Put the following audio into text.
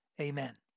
amen